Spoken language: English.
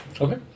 Okay